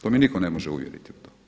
To me nitko ne može uvjeriti u to.